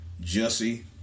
Jesse